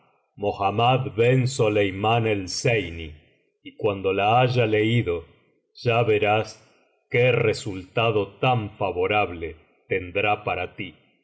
mohammad ben soleiraán el zeiní y cuando la haya leído ya verás qué resultado tan favorable tendrá para ti